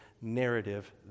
narrative